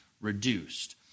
reduced